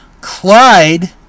Clyde